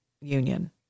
union